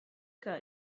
que